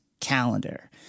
calendar